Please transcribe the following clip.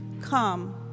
Come